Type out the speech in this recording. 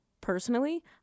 personally